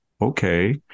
Okay